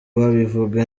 babivuga